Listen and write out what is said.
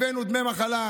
הבאנו דמי מחלה,